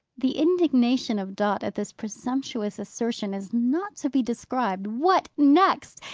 the indignation of dot at this presumptuous assertion is not to be described. what next?